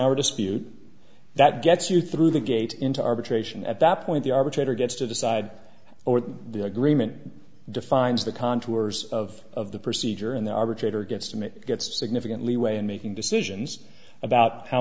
hour dispute that gets you through the gate into arbitration at that point the arbitrator gets to decide or the agreement defines the contours of the procedure and the arbitrator guestimate gets significantly way in making decisions about how